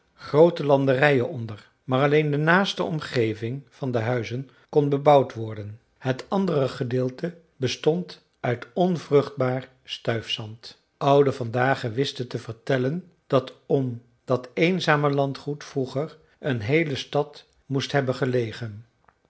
groote landerijen onder maar alleen de naaste omgeving van de huizen kon bebouwd worden het andere gedeelte bestond uit onvruchtbaar stuifzand ouden van dagen wisten te vertellen dat om dat eenzame landgoed vroeger een heele stad moest hebben gelegen